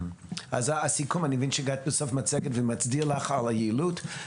אני מצדיע לך על היעילות.